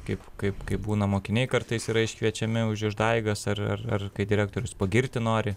kaip kaip kai būna mokiniai kartais yra iškviečiami už išdaigas ar ar ar kai direktorius pagirti nori